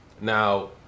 now